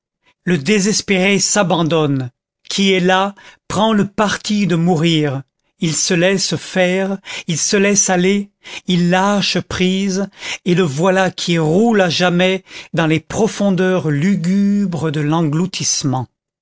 le désespéré s'abandonne qui est las prend le parti de mourir il se laisse faire il se laisse aller il lâche prise et le voilà qui roule à jamais dans les profondeurs lugubres de l'engloutissement